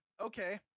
okay